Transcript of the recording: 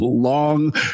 long